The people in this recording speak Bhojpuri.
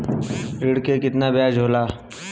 ऋण के कितना ब्याज होला?